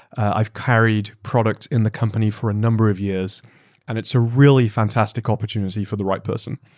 i've carried product in the company for a number of years and it's a really fantastic opportunity for the right person.